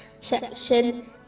section